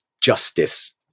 justice